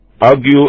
argue